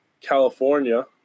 California